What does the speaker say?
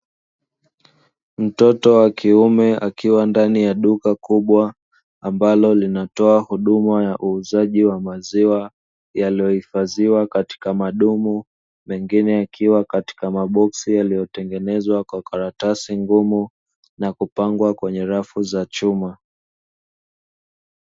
Mtoto wa kiume akiwa ndani ya duka kubwa, ambalo linatoa huduma ya uuzaji wa maziwa yaliyohifadhiwa katika madumu, mengine yakiwa katika maboksi yaliyotengenezwa kwa karatasi ngumu na kupangwa kwenye rafu za chuma.